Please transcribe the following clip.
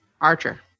Archer